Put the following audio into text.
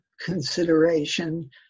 consideration